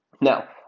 Now